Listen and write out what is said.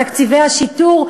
בתקציבי השיטור,